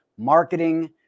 marketing